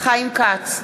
חיים כץ,